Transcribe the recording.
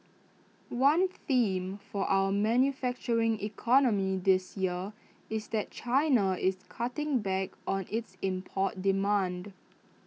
one theme for our manufacturing economy this year is that China is cutting back on its import demand